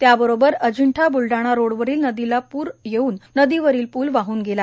त्याबरोबर अंजिठा ब्लडाणा रोडवरील नदीला प्र येऊन नदीवरील प्ल वाहन गेला